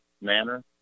manner